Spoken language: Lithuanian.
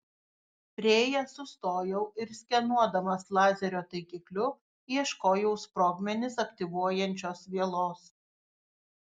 priėjęs sustojau ir skenuodamas lazerio taikikliu ieškojau sprogmenis aktyvuojančios vielos